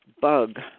bug